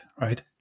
right